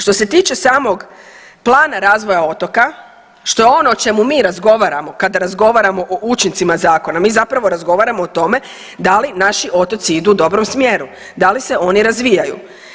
Što se tiče samog plana razvoja otoka, što je ono o čemu mi razgovaramo kada razgovaramo o učincima zakona, mi zapravo razgovaramo o tome da li naši otoci idu u dobrom smjeru, da li se oni razvijaju.